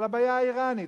על הבעיה האירנית.